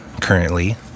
currently